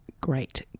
great